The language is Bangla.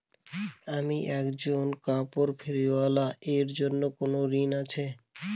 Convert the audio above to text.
আমি একজন কাপড় ফেরীওয়ালা এর জন্য কোনো ঋণ আছে?